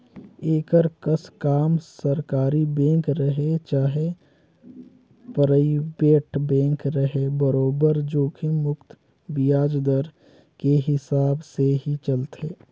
एकर कस काम सरकारी बेंक रहें चाहे परइबेट बेंक रहे बरोबर जोखिम मुक्त बियाज दर के हिसाब से ही चलथे